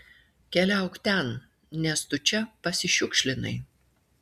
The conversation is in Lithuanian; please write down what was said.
keliauk ten nes tu čia pasišiukšlinai